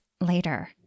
later